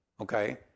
Okay